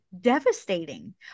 devastating